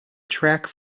track